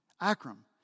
Akram